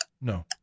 No